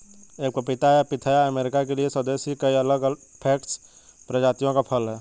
एक पपीता या पिथाया अमेरिका के लिए स्वदेशी कई अलग कैक्टस प्रजातियों का फल है